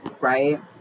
Right